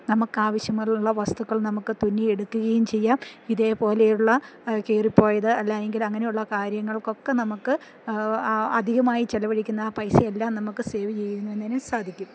നമുക്കാവശ്യമുള്ള വസ്തുക്കൾ നമുക്ക് തുന്നിയെടുക്കുകയും ചെയ്യാം ഇതേപോലെയുള്ള കീറി പോയത് അല്ലങ്കിൽ അങ്ങനെയുള്ള കാര്യങ്ങൾക്കൊക്കെ നമുക്ക് അധികമായി ചെലവഴിക്കുന്ന ആ പൈസ എല്ലാം നമുക്ക് സേവ് ചെയ്യുന്നതിന് സാധിക്കും